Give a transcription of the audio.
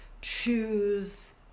choose